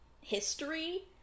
history